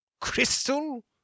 crystal